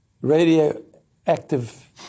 radioactive